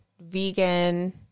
vegan